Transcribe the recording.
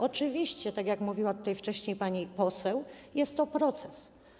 Oczywiście, tak jak mówiła wcześniej pani poseł, jest to proces.